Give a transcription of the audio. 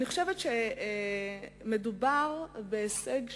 אני חושבת שמדובר בהישג שהוא,